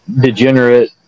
degenerate